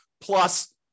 plus